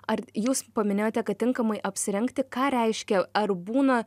ar jūs paminėjote kad tinkamai apsirengti ką reiškia ar būna